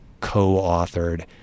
co-authored